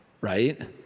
right